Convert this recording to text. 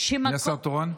מי השר התורן?